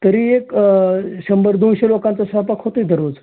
तरी एक शंभर दोनशे लोकांचा स्वैपाक होतो आहे दररोज